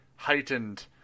heightened